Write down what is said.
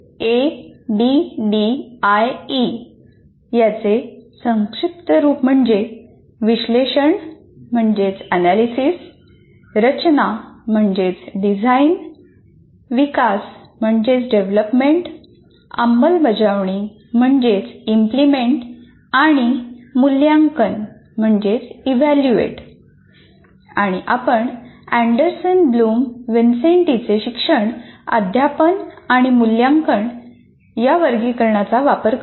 ADDIE संक्षिप्त रुप म्हणजे विश्लेषण रचना विकास अंमलबजावणी आणि मूल्यांकन आणि आपण अँडरसन ब्लूम व्हिन्सेन्टीचे शिक्षण अध्यापन आणि मूल्यांकन या वर्गीकरणाचा वापर करतो